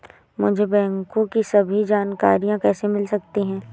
मुझे बैंकों की सभी जानकारियाँ कैसे मिल सकती हैं?